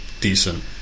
decent